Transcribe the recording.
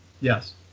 Yes